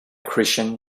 christian